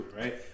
right